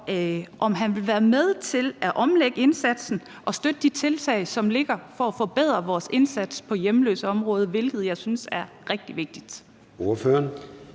om han vil være med til at omlægge indsatsen og støtte de tiltag, der ligger, til at forbedre vores indsats på hjemløseområdet, hvilket jeg synes er rigtig vigtigt.